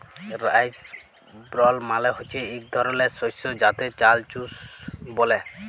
rice ব্রল মালে হচ্যে ইক ধরলের শস্য যাতে চাল চুষ ব্যলে